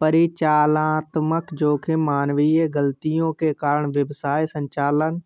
परिचालनात्मक जोखिम मानवीय गलतियों के कारण व्यवसाय संचालन